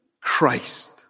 Christ